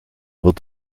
wird